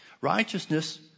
Righteousness